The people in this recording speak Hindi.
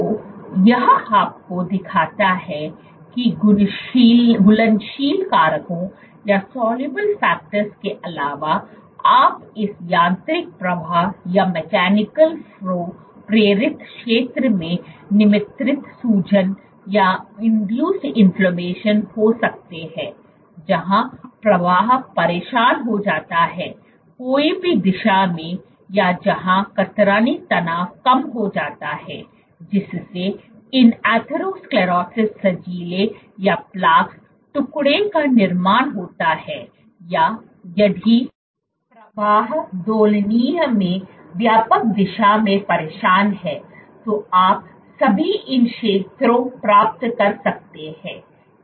तो यह आपको दिखाता है कि घुलनशील कारकों के अलावा आप इस यांत्रिक प्रवाह प्रेरित क्षेत्र में निर्मित सूजन हो सकते हैं जहां प्रवाह परेशान हो जाता है कोई भी दिशा में या जहां कतरनी तनाव कम हो जाता है जिससे इन एथेरोस्क्लेरोसिस सजीले टुकड़े का निर्माण होता है या यदि प्रवाह दोलनीय में व्यापक दिशा में परेशान है तो आप भी इन क्षेत्रों प्राप्त कर सकते हैं